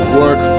work